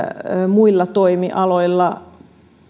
muilla toimialoilla